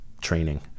training